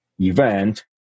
event